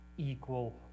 equal